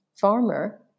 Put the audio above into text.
farmer